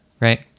right